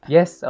Yes